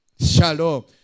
Shalom